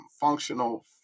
Functional